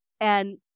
And-